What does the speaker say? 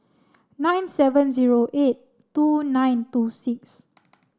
nine seven zero eight two nine two six